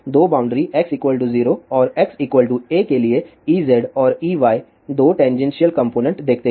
2 boundary x 0 और x a के लिए Ez और Ey 2 टैनजेनशिअल कॉम्पोनेन्ट देखते हैं